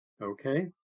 Okay